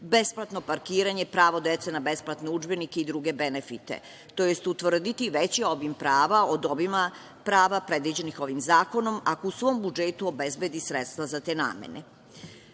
besplatno parkiranje, pravo dece na besplatne udžbenike i druge benefite, tj. utvrditi veći obim prava od obima prava predviđenih ovim zakonom, ako u svom budžetu obezbedi sredstva za te namene. Ratovi